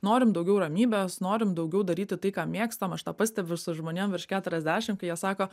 norim daugiau ramybės norim daugiau daryti tai ką mėgstam aš tą pastebiu su žmonėm virš keturiasdešim kai jie sako